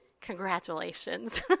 congratulations